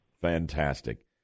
Fantastic